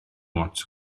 ots